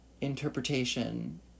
interpretation